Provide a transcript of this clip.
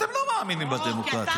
אתם לא מאמינים בדמוקרטיה.